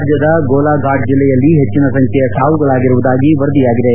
ರಾಜ್ಜದ ಗೋಲಾಘಾಟ್ ಜೆಲ್ಲೆಯಲ್ಲಿ ಹೆಚ್ಚನ ಸಂಖ್ತೆಯ ಸಾವುಗಳಾಗಿರುವುದಾಗಿ ವರದಿಯಾಗಿದೆ